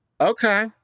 Okay